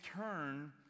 turn